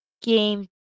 Game